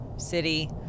city